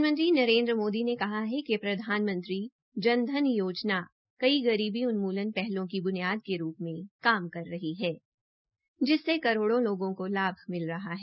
प्रधानमंत्री नरेन्द्र मोदी ने कहा है कि प्रधानमंत्री जन धन योजना उन्मूलन पहलों की ब्नियाद के रूप में काम कर रही है जिससे करोड़ों लोगो को लाभ मिल रहा है